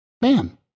Bam